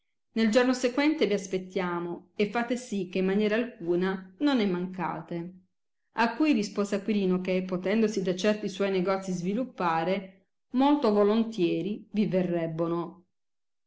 nel giorno sequente le spettiamo e fate sì che in maniera alcuna non ne mancate a cui rispose acquirino che potendosi da certi suoi negozi sviluppare molto volontieri vi verrebbono